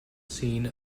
scene